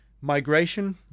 migration